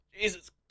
Jesus